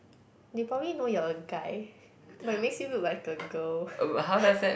they probably know you are a guy but it makes you look like a girl